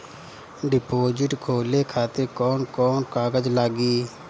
Deposit खोले खातिर कौन कौन कागज लागी?